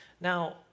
Now